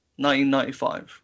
1995